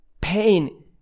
Pain